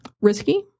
risky